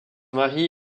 mari